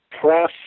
Press